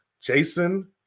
Jason